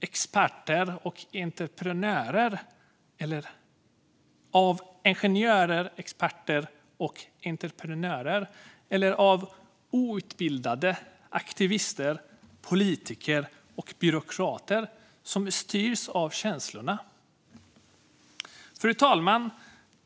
Är det ingenjörer, experter och entreprenörer, eller är det outbildade aktivister, politiker och byråkrater som är styrda av sina känslor? Fru talman!